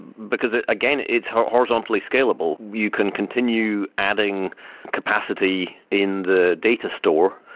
because again it's horizontally scalable, you can continue adding capacity in the data store.